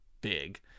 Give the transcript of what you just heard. big